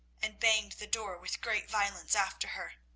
and banged the door with great violence after her.